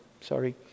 sorry